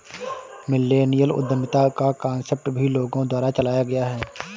millennial उद्यमिता का concept भी लोगों के द्वारा चलाया गया है